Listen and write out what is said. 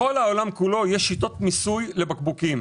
בכל העולם יש שיטות מיסוי לבקבוקים.